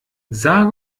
sage